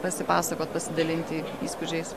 pasipasakot pasidalinti įspūdžiais